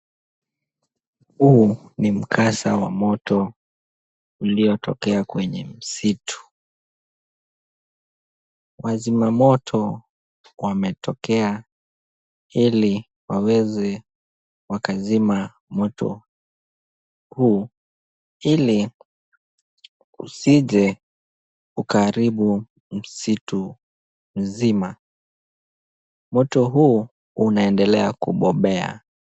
Huu ni mkasa wa moto uliotokea kwenye msitu. Wazima moto wametokea ili waweze wakazima moto huu ili usije ukaharibu msitu mzima. Moto huu unaendelea kubobea.